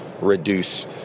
reduce